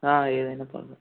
ఏదైనా పర్లే